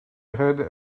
ahead